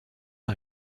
par